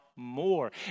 more